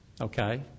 okay